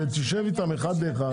ותשב איתם אחד לאחד